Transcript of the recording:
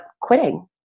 quitting